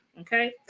okay